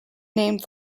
named